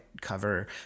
cover